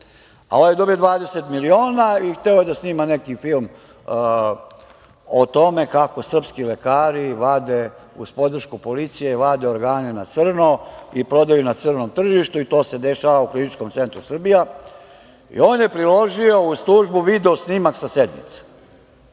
a ovaj dobio 20 miliona i hteo da snima neki film o tome kako srpski lekari, uz podršku policije, vade organe na crno i prodaju na crnom tržištu i to se dešava u Kliničkom centru Srbije. On je priložio uz tužbu video snimak sa sednice.